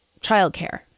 childcare